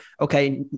okay